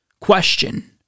question